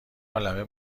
عالمه